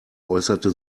äußerte